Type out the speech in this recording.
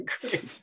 Great